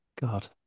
god